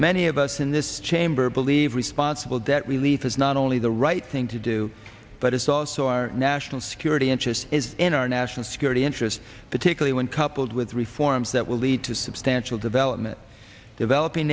many of us in this chamber believe responsible debt relief is not only the right thing to do but it's also our national security interest is in our national security interest particularly when coupled with reforms that will lead to substantial development developing